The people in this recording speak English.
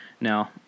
Now